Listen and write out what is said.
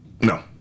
No